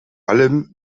allem